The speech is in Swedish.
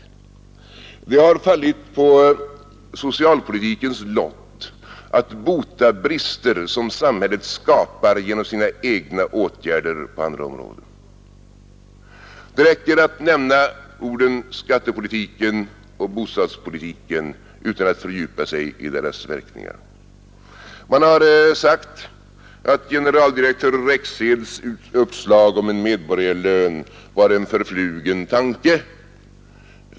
Det har fallit på socialpolitikens lott att bota brister som samhället skapar genom sina egna åtgärder på andra områden. Det räcker att nämna skattepolitiken och bostadspolitiken utan att fördjupa sig i deras verkningar. Man har sagt att generaldirektör Rexeds uppslag om medborgarlön var en förflugen tanke.